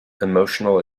emotional